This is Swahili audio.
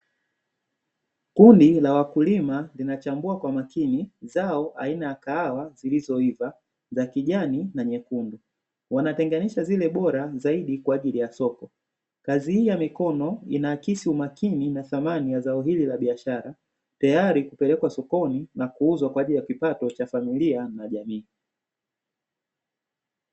Kundi la wakulima linachambua kwa makini zao aina ya kahawa zilizoiva za kijani na nyekundu, wanatenganisha zile bora zaidi kwa ajili ya soko; kazi hii ya mikono inaakisi umakini na thamani ya zao hili la biashara, tayari kupelekwa sokoni na kuuzwa kwa ajili ya kipato cha familia na jamii.